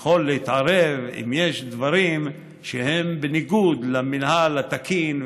יכול להתערב אם יש דברים שהם בניגוד למינהל התקין,